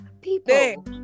people